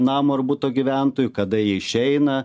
namo ar buto gyventojų kada ji išeina